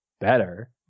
better